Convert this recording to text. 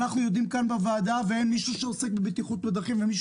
אנחנו יודעים כאן בוועדה ואין מישהו שעוסק בבטיחות בדרכים ומישהו